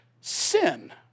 sin